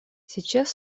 сейчас